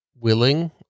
willing